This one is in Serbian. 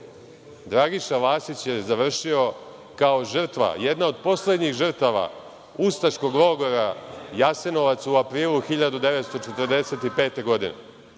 Vasić je završio kao žrtva, jedna od poslednjih žrtava ustaškog logora Jasenovac u aprilu 1945. godine,